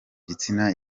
gitsina